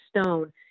Stone